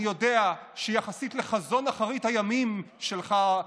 אני יודע שיחסית לחזון אחרית הימים שלך,